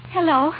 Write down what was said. Hello